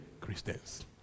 Christians